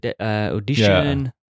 Audition